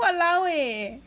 !walao! eh